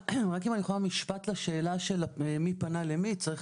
רק אם אני יכולה משפט לשאלה של מי פנה למי: צריך